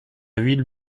ville